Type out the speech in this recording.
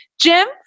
Jim